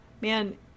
Man